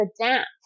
adapt